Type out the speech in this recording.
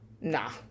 nah